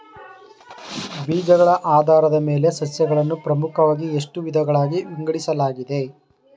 ಬೀಜಗಳ ಆಧಾರದ ಮೇಲೆ ಸಸ್ಯಗಳನ್ನು ಪ್ರಮುಖವಾಗಿ ಎಷ್ಟು ವಿಧಗಳಾಗಿ ವಿಂಗಡಿಸಲಾಗಿದೆ?